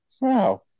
wow